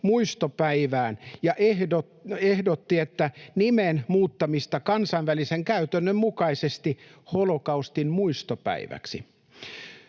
muistopäivään ja ehdotti nimen muuttamista kansainvälisen käytännön mukaisesti holokaustin muistopäiväksi.